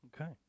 okay